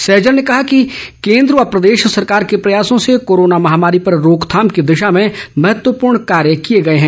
सैजल ने कहा कि केंद्र व प्रदेश सरकार के प्रयासों से कोरोना महामारी पर रोकथाम की दिशा में महत्वपूर्ण कार्य किए गए हैं